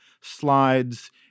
slides